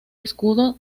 escudo